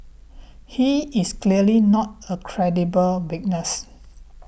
he is clearly not a credible witness